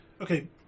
okay